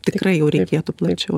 tikrai jau reikėtų plačiau